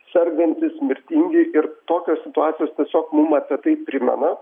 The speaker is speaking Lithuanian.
sergantys mirtingi ir tokios situacijos tiesiog mum apie tai primena